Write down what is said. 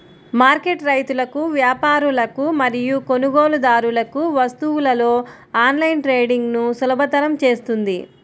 market రైతులకు, వ్యాపారులకు మరియు కొనుగోలుదారులకు వస్తువులలో ఆన్లైన్ ట్రేడింగ్ను సులభతరం చేస్తుంది